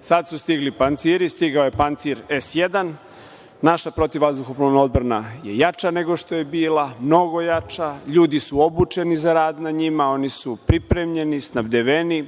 Sad su stigli „Panciri“. Stigao je „Pancir S1“. Naša protivvazduhoplovna odbrana je jača nego što je bila, mnogo jača. Ljudi su obučeni za rad na njima, oni su pripremljeni, snabdeveni.